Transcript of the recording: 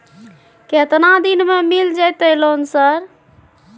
केतना दिन में मिल जयते लोन सर?